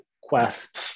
quest